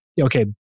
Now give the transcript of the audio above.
okay